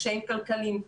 קשיים כלכליים,